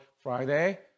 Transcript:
Friday